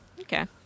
Okay